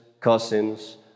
cousins